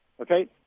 Okay